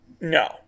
No